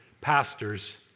pastors